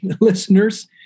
listeners